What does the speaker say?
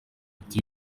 ati